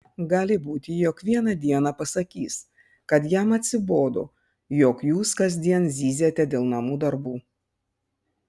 gali būti jog vieną dieną pasakys kad jam atsibodo jog jūs kasdien zyziate dėl namų darbų